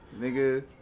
nigga